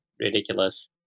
ridiculous